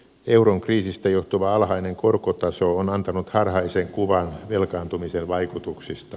euron kriisistä johtuva alhainen korkotaso on antanut harhaisen kuvan velkaantumisen vaikutuksista